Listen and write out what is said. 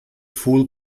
fool